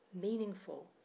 meaningful